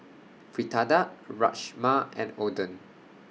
Fritada Rajma and Oden